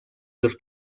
los